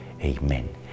Amen